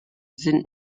sind